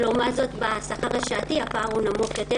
לעומת זה, בשכר השעתי הפער נמוך יותר